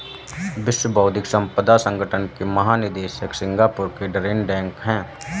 विश्व बौद्धिक संपदा संगठन के महानिदेशक सिंगापुर के डैरेन टैंग हैं